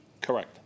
Correct